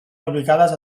obligades